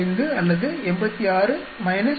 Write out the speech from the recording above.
85 அல்லது 86 93